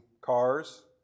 cars